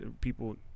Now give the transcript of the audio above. people